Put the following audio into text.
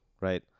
right